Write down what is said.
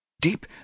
Deep